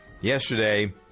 yesterday